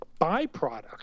byproduct